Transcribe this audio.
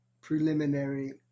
preliminary